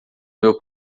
meu